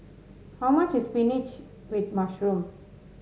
how much is spinach with mushroom